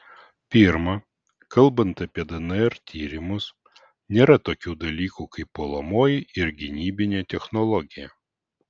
pirma kalbant apie dnr tyrimus nėra tokių dalykų kaip puolamoji ir gynybinė technologija